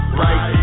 right